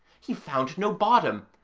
he found no bottom,